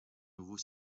nouveau